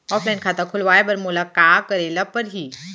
Offline खाता खोलवाय बर मोला का करे ल परही?